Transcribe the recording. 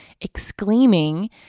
exclaiming